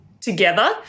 together